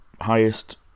highest